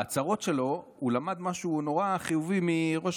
בהצהרות שלו הוא למד משהו נורא חיובי מראש